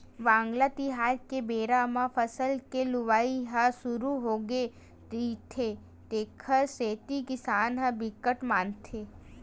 वांगला तिहार के बेरा म फसल के लुवई ह सुरू होगे रहिथे तेखर सेती किसान ह बिकट मानथे